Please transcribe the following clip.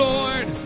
Lord